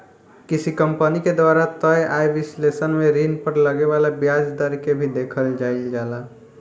किसी कंपनी के द्वारा तय आय विश्लेषण में ऋण पर लगे वाला ब्याज दर के भी देखल जाइल जाला